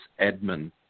admin